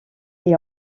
est